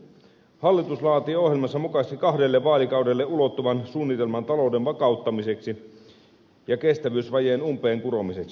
hallitus laatii ohjelmansa mukaisesti kahdelle vaalikaudelle ulottuvan suunnitelman talouden vakauttamiseksi ja kestävyysvajeen umpeenkuromiseksi